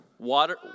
Water